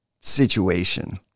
situation